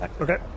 Okay